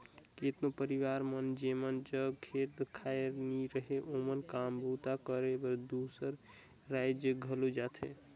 केतनो परिवार मन जेमन जग खेत खाएर नी रहें ओमन काम बूता करे बर दूसर राएज घलो जाथें